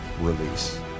release